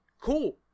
cool